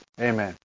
Amen